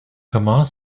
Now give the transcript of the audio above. comment